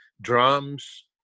drums